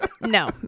No